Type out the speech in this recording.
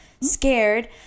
scared